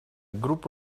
group